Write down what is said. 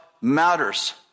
matters